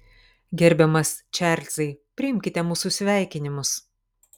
gerbiamas čarlzai priimkite mūsų sveikinimus